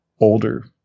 older